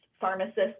pharmacists